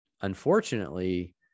unfortunately